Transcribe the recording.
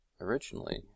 originally